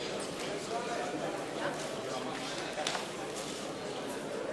ומזמין את חבר